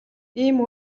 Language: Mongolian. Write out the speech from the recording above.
ийм